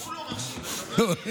הוא לא מקשיב לך, אז מה אני?